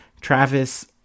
Travis